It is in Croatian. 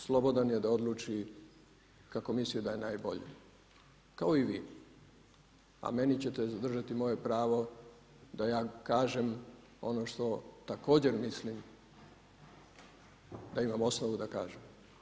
Slobodan je da odluči kako misli da je najbolje kao i vi, a meni ćete zadržati moje pravo da ja kažem ono što također mislim da imam osnovu da kažem.